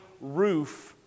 roof